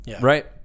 right